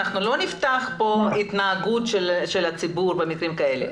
אנחנו לא נפתח כאן התנהגות של הציבור במקרים כאלה.